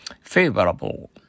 Favorable